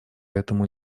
этому